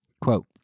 Quote